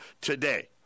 today